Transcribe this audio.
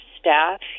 staff